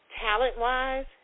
talent-wise